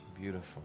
Beautiful